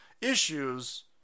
issues